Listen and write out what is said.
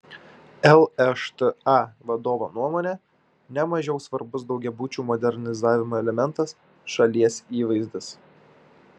lšta vadovo nuomone ne mažiau svarbus daugiabučių modernizavimo elementas šalies įvaizdis